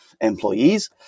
employees